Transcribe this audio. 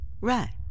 Right